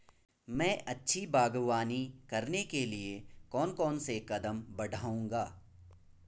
मैं अच्छी बागवानी करने के लिए कौन कौन से कदम बढ़ाऊंगा?